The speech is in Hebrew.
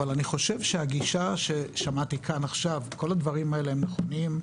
אבל אני חושב שהגישה ששמעתי כאן עכשיו כל הדברים האלה הם נכונים,